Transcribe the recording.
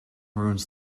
ruins